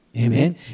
Amen